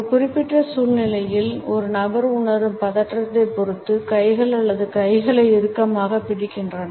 ஒரு குறிப்பிட்ட சூழ்நிலையில் ஒரு நபர் உணரும் பதற்றத்தைப் பொறுத்து கைகள் அல்லது கைகளை இறுக்கமாகப் பிடிக்கின்றன